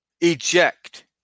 eject